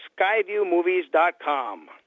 skyviewmovies.com